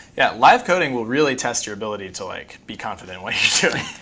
yeah, live coding will really test your ability to like be confident when